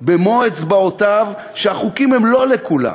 במו-אצבעותיו שהחוקים הם לא לכולם,